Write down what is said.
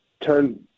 turn